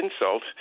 insult